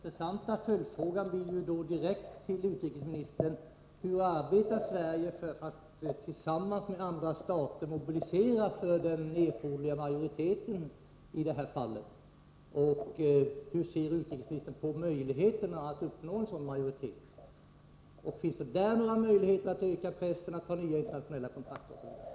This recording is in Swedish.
Herr talman! Intressanta följdfrågor till utrikesministern blir då: Hur arbetar Sverige när det gäller att mobilisera andra stater för att uppnå den erforderliga majoriteten i det här fallet? Hur ser utrikesministern på möjligheterna att uppnå en sådan majoritet? Finns det i det sammanhanget några möjligheter att öka pressen genom att ta nya internationella kontakter osv.?